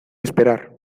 esperar